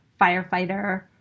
firefighter